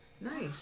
Nice